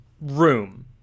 room